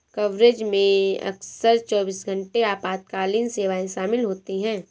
coverage में अक्सर चौबीस घंटे आपातकालीन सेवाएं शामिल होती हैं